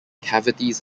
cavities